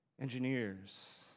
engineers